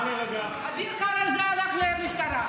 אביר קארה על זה הלך למשטרה.